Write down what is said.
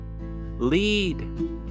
lead